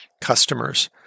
customers